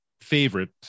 favorite